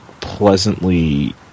pleasantly